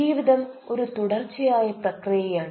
ജീവിതം ഒരു തുടർച്ചയായ പ്രക്രിയയാണ്